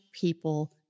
people